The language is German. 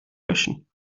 löschen